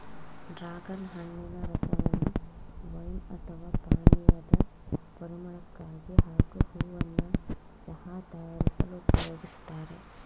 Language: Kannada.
ಡ್ರಾಗನ್ ಹಣ್ಣಿನ ರಸವನ್ನು ವೈನ್ ಅಥವಾ ಪಾನೀಯದ ಪರಿಮಳಕ್ಕಾಗಿ ಹಾಗೂ ಹೂವನ್ನ ಚಹಾ ತಯಾರಿಸಲು ಉಪಯೋಗಿಸ್ತಾರೆ